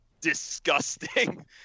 disgusting